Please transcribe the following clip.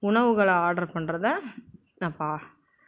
உணவுகள் ஆர்ட்ரு பண்ணுறத நான் பா